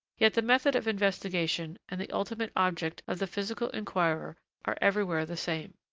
yet the method of investigation and the ultimate object of the physical inquirer are everywhere the same.